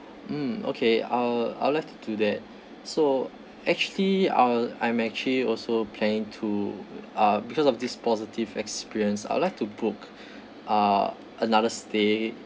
mm okay I'll I'd like to do that so actually I'll I'm actually also plan to uh because of this positive experience I would like to book uh another stay